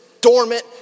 dormant